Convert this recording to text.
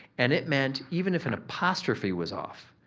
and it meant even if an apostrophe was off,